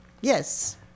yes